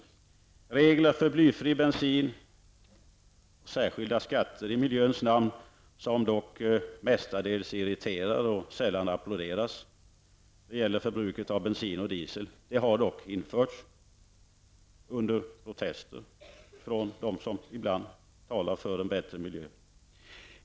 Det har fattats beslut om regler för blyfri bensin, och särskilda skatter i miljöns namn -- som dock mestadels irriterar och sällan applåderas -- för bruket av bensin och diesel har införts under protester från dem som ibland talar för en bättre miljö.